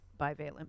bivalent